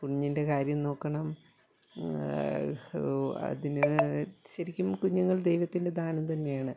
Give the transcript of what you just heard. കുഞ്ഞിൻ്റെ കാര്യം നോക്കണം അതിന് ശരിക്കും കുഞ്ഞുങ്ങൾ ദൈവത്തിൻ്റെ ദാനം തന്നെയാണ്